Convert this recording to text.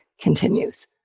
continues